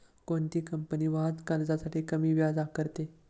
कोणती कंपनी वाहन कर्जासाठी कमी व्याज आकारते?